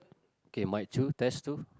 okay mike two test two